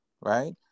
Right